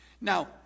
Now